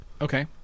Okay